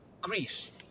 Greece